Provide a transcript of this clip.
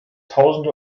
tausende